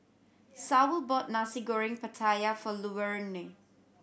Saul bought Nasi Goreng Pattaya for Luverne